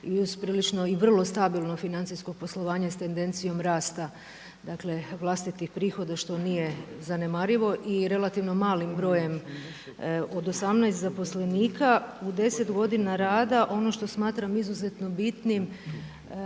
i uz prilično i vrlo stabilno financijsko poslovanje s tendencijom rasta, dakle vlastitih prihoda što nije zanemarivo i relativno malim brojem od 18 zaposlenika u 10 godina rada ono što smatram izuzetno bitnim